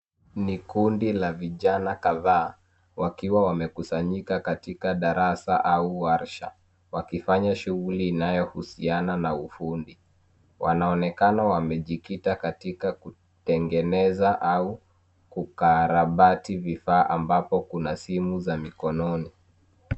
Ni kundi la vijana kadhaa, wakiwa wamekusanyika katika darasa au warsha, wakifanya shughuli inayohusiana na ufundi. Wanaonekana wamejikita katika kutengeneza au kukarabati vifaa ambapo kuna simu za mikononi.